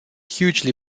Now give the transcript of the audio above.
hugely